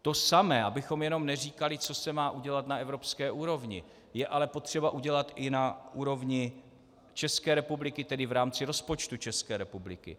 To samé, abychom jenom neříkali, co se má udělat na evropské úrovni, je ale potřeba udělat i na úrovni České republiky, tedy v rámci rozpočtu České republiky.